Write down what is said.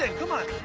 ah come on.